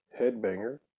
Headbanger